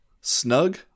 snug